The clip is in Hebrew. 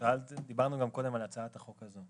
דיברנו קודם גם על הצעת החוק הזו,